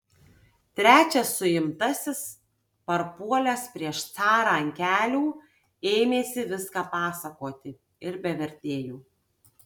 trečias suimtasis parpuolęs prieš carą ant kelių ėmėsi viską pasakoti ir be vertėjų